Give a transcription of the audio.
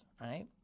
right